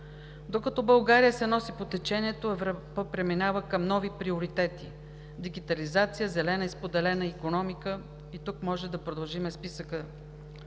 Докато България се носи по течението, Европа преминава към нови приоритети – дигитализация, зелена и споделена икономика и можем да продължим списъка.